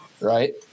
right